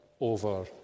over